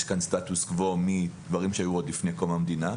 יש כאן סטטוס קוו מלפני קום המדינה,